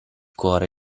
cuore